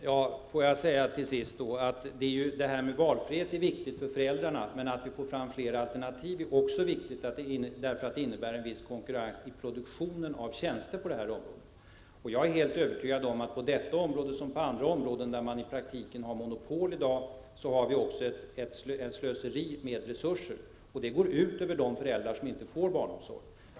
Herr talman! Låt mig till sist säga att valfrihet är viktigt för föräldrarna, men att vi får fram fler alternativ är också viktigt av den anledningen att det innebär en viss konkurrens i produktionen av tjänster på det här området. Jag är helt övertygad om att det på detta område liksom på andra områden där vi i dag i praktiken har ett monopol, är fråga om ett slöseri med resurser. Detta går ut över de föräldrar som inte får barnomsorg.